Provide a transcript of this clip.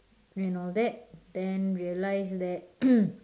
and all that then realise that